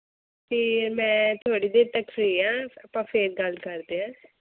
ਅਤੇ ਮੈਂ ਥੋੜੀ ਦੇਰ ਤੱਕ ਫ੍ਰੀ ਹਾਂ ਆਪਾਂ ਫੇਰ ਗੱਲ ਕਰਦੇ ਹਾਂ